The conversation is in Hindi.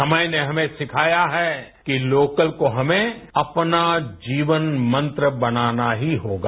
समय ने हमें सिखाया है कि स्वरंस को हमें अपना जीवन मंत्र बनाना ही होगा